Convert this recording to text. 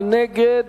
מי נגד?